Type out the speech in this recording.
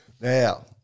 Now